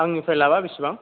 आंनिफ्राय लाबा बिसिबां